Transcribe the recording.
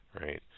right